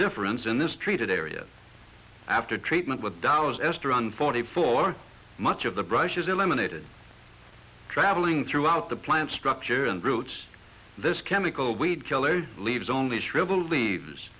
difference in this treated area after treatment with dollars esther on forty four much of the brush is eliminated traveling throughout the plant structure and roots this chemical weed killer leaves only shriveled leaves